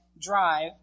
drive